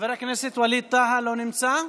לא נמצא,